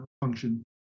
function